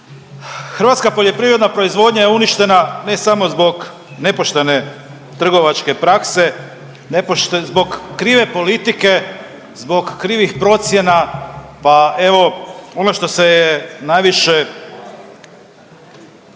Hrvatska poljoprivredna proizvodnja je uništena ne samo zbog nepoštene trgovačke prakse, zbog krive politike, zbog krivih procjena pa evo ono što se je najviše,